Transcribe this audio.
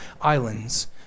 islands